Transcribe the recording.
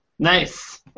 Nice